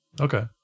Okay